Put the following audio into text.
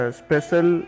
special